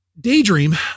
Daydream